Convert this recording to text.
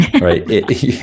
right